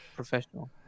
professional